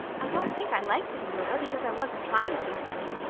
i don't think i liked it, marilla, because i wasn't trying to be funny.